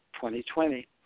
2020